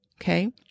okay